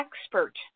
expert